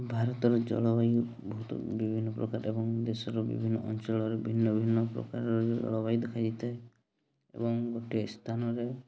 ଭାରତର ଜଳବାୟୁ ବହୁତ ବିଭିନ୍ନ ପ୍ରକାର ଏବଂ ଦେଶର ବିଭିନ୍ନ ଅଞ୍ଚଳରେ ଭିନ୍ନ ଭିନ୍ନ ପ୍ରକାରର ଜଳବାୟୁ ଦେଖାଯାଇଥାଏ ଏବଂ ଗୋଟିଏ ସ୍ଥାନରେ